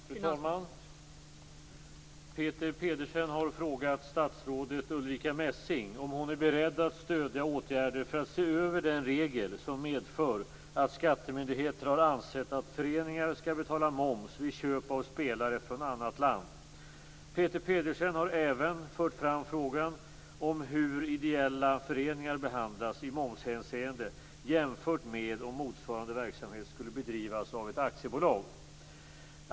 Fru talman! Peter Pedersen har frågat statsrådet Ulrica Messing om hon är beredd att stödja åtgärder för att se över den regel som medför att skattemyndigheter har ansett att föreningar skall betala moms vid köp av spelare från annat land. Peter Pedersen har även fört fram frågan om hur ideella föreningar behandlas i momshänseende jämfört med om motsvarande verksamhet skulle bedrivas av ett aktiebolag.